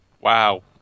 Wow